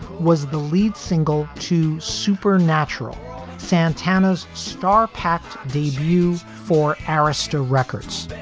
was the lead single to supernatural santana's star packed debut for arista records.